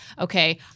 okay